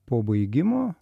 po baigimo